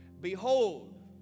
Behold